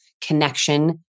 connection